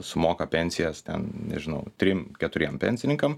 sumoka pensijas ten nežinau trim keturiem pensininkam